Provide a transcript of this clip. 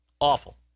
Awful